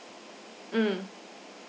mm